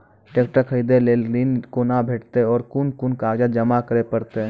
Tractor खरीदै लेल ऋण कुना भेंटते और कुन कुन कागजात जमा करै परतै?